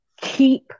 keep